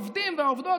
העובדים והעובדות,